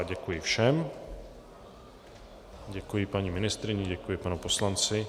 Děkuji všem, děkuji paní ministryni, děkuji panu poslanci.